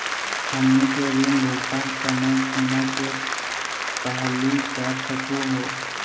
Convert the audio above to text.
हमनी के ऋण भुगतान समय सीमा के पहलही कर सकू हो?